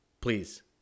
please